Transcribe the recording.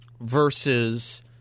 versus